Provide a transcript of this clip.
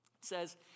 says